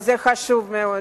וזה חשוב מאוד.